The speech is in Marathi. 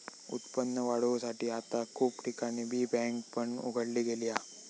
उत्पन्न वाढवुसाठी आता खूप ठिकाणी बी बँक पण उघडली गेली हा